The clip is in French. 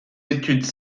études